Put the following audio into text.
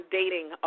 dating